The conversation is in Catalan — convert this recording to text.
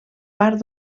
part